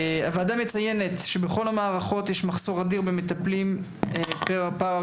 הוועדה מציינת שבכל המערכות יש מחסור אדיר במטפלים פרא-רפואיים,